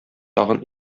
тагын